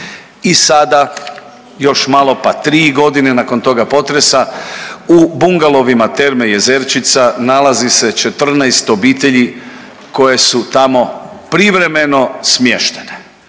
I sada još malo pa tri godine nakon toga potresa u bungalovima Terme Jezerčica nalazi se 14 obitelji koje su tamo privremeno smještene.